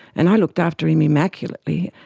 and i looked after him immaculately,